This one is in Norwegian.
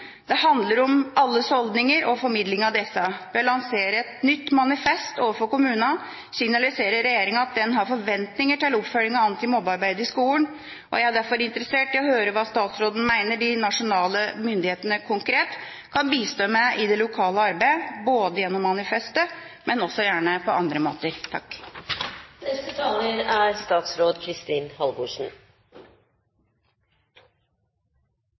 Det handler om alles holdninger og formidling av disse. Ved å lansere et nytt manifest overfor kommunene signaliserer regjeringa at den har forventninger til oppfølging av antimobbearbeidet i skolen. Jeg er derfor interessert i å høre hva statsråden mener de nasjonale myndighetene konkret kan bistå med i det lokale arbeidet, både gjennom manifestet og gjerne også på andre måter.